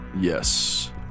Yes